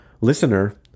listener